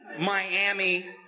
Miami